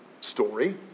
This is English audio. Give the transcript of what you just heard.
story